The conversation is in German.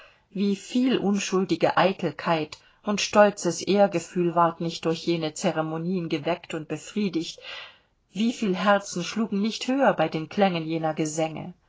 wie viel unschuldige eitelkeit und stolzes ehrgefühl ward nicht durch jene ceremonien geweckt und befriedigt wie viel herzen schlugen nicht höher bei den klängen jener gesänge